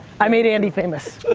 i made andy famous.